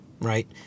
right